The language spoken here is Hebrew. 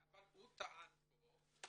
הוא טען פה,